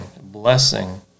blessing